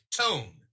tone